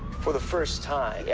for the first time, yeah